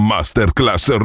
Masterclass